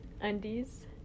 undies